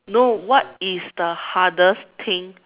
no what is the hardest thing